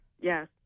yes